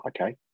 okay